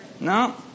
No